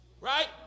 Right